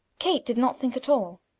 kate did not think at all.